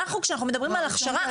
כשאנחנו מדברים על הכשרה,